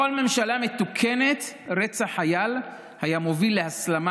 בכל ממשלה מתוקנת רצח חייל היה מוביל להסלמה